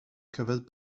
covered